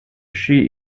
she